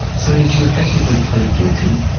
so did you effectively plead guilty?